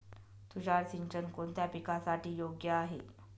तुषार सिंचन कोणत्या पिकासाठी योग्य आहे?